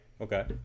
Okay